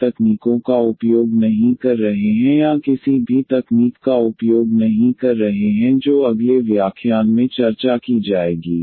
इसलिए हम सोल्यूशन खोजने के लिए तकनीकों का उपयोग नहीं कर रहे हैं या किसी भी तकनीक का उपयोग नहीं कर रहे हैं जो अगले व्याख्यान में चर्चा की जाएगी